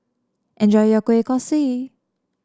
enjoy your Kueh Kosui